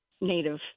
native